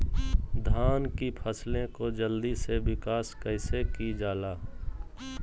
धान की फसलें को जल्दी से विकास कैसी कि जाला?